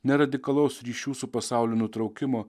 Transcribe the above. ne radikalaus ryšių su pasauliu nutraukimo